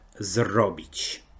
zrobić